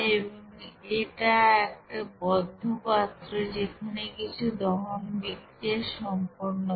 এবং এটা একটা বদ্ধ পাত্র যেখানে কিছু দহন বিক্রিয়া সম্পন্ন হয়